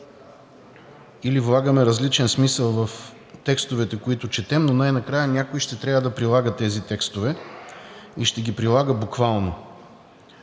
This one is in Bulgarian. или влагаме различен смисъл в текстовете, които четем, но най-накрая някой ще трябва да прилага тези текстове, и ще ги прилага буквално.